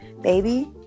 baby